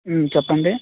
చెప్పండి